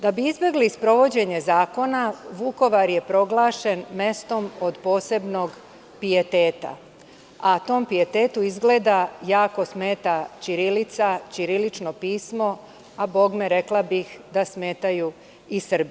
Da bi izbegli sprovođenje zakona, Vukovar je proglašen mestom posebnom pieteta, a tom pietetu izgleda jako smeta ćirilica, ćirilično pismo, a rekla bi da smetaju i Srbi.